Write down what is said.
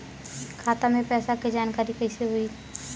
खाता मे पैसा के जानकारी कइसे होई?